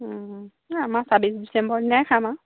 আমাৰ ছাব্বিছ ডিচেম্বৰ দিনাই খাম আৰু